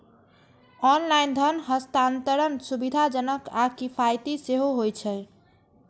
online धन हस्तांतरण सुविधाजनक आ किफायती सेहो होइ छै